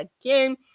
again